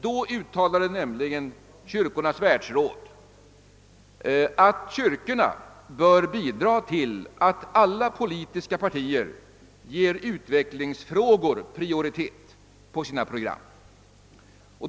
Då uttalade nämligen Kyrkornas världsråd att kyrkorna bör bidraga till att alla politiska partier ger utvecklingsfrågor prioritet på sina program.